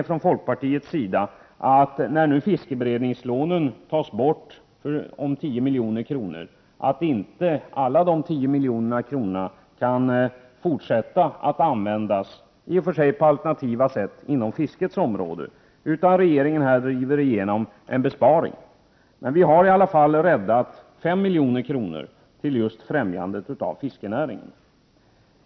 Från folkpartiets sida är vi naturligtvis besvikna över att inte alla de 10 miljoner kronorna som frigörs när fiskeberedningslånen tas bort kan fortsätta att användas, i och för sig på alternativa sätt, inom fiskets område, utan att regeringen här driver igenom en besparing. Men vi har i alla fall räddat 5 milj.kr. till just främjandet av fiskenäringen.